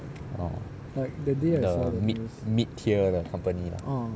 oh the mid mid tier 的 company lah